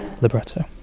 libretto